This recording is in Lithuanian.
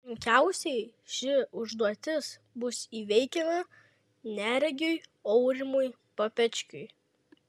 sunkiausiai ši užduotis bus įveikiama neregiui aurimui papečkiui